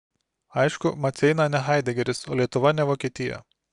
aišku maceina ne haidegeris o lietuva ne vokietija